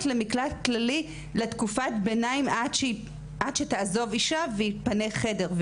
למקלט כללי לתקופת ביניים עד שתעזוב אישה ויתפנה חדר.